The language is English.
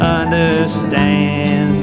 understands